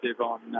on